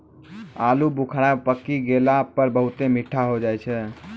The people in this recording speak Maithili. आलू बुखारा पकी गेला पर बहुत मीठा होय छै